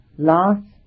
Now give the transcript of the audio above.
last